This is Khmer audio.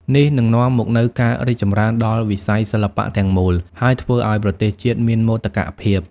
នេះនឹងនាំមកនូវការរីកចម្រើនដល់វិស័យសិល្បៈទាំងមូល ហើយធ្វើឲ្យប្រទេសជាតិមានមោទកភាព។